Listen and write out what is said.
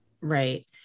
Right